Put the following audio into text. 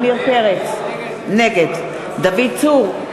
נגד דוד צור,